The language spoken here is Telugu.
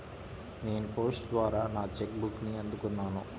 నేను పోస్ట్ ద్వారా నా చెక్ బుక్ని అందుకున్నాను